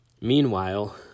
meanwhile